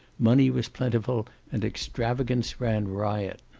money was plentiful and extravagance ran riot.